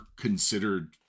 considered